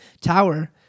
Tower